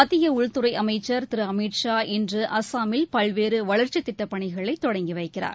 மத்திய உள்துறை அமைச்ச் திரு அமித்ஷா இன்று அஸ்ஸாமில் பல்வேறு வளர்ச்சித் திட்டப்பனிகளை தொடங்கி வைக்கிறார்